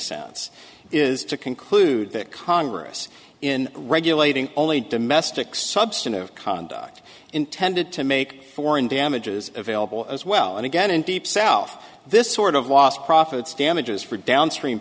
sense is to conclude that congress in regulating only domestic substantive conduct intended to make foreign damages available as well and again in deep self this sort of lost profits damages for downstream